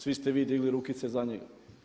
Svi ste vi digli rukice za njega.